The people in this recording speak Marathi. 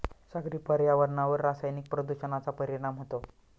सागरी पर्यावरणावर रासायनिक प्रदूषणाचा परिणाम होतो